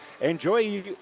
Enjoy